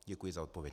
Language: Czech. Děkuji za odpověď.